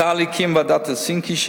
צה"ל הקים ועדת הלסינקי,